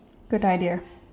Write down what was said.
good idea